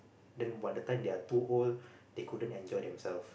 then when the time they are too old they couldn't enjoy themselves